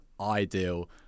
ideal